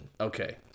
Okay